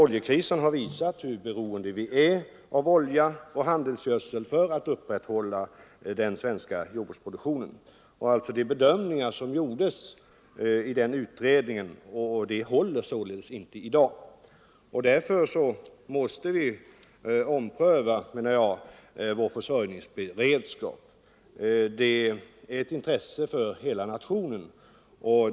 Oljekrisen har visat hur beroende vi är av olja och handelsgödsel för att upprätthålla den svenska jordbruksproduktionen. De bedömningar som gjordes i denna utredning håller således inte i dag. Jag menar därför att vi måste ompröva vår försörjningsberedskap. Det är ett intresse för hela nationen.